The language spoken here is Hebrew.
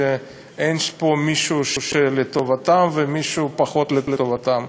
אין פה מישהו שהוא לטובתם ומישהו פחות לטובתם,